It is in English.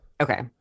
Okay